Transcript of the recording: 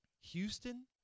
Houston